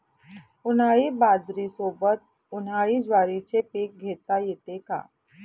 उन्हाळी बाजरीसोबत, उन्हाळी ज्वारीचे पीक घेता येते का?